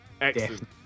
excellent